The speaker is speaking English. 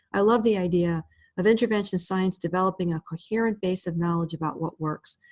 i love the idea of intervention science, developing a coherent base of knowledge about what works.